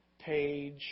page